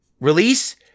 release